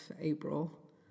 April